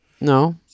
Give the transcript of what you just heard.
No